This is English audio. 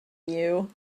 you